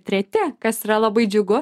treti kas yra labai džiugu